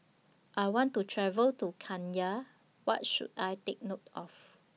I want to travel to Kenya What should I Take note of